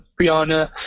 Brianna